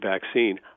vaccine